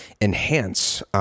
enhance